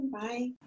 Bye